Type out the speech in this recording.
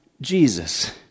Jesus